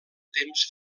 temps